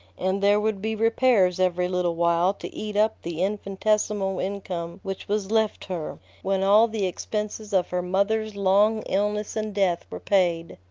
and there would be repairs every little while to eat up the infinitesimal income which was left her, when all the expenses of her mother's long illness and death were paid.